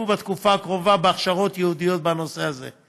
בתקופה הקרובה בהכשרות ייעודיות בנושא הזה.